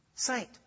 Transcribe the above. Saint